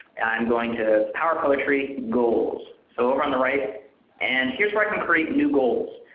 i'm going to power poetry, goals, so over on the right. and here's where i can create new goals.